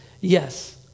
Yes